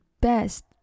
best